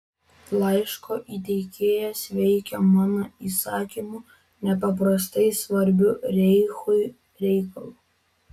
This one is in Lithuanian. laiško įteikėjas veikia mano įsakymu nepaprastai svarbiu reichui reikalu